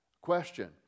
Question